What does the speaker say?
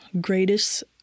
Greatest